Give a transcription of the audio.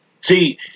See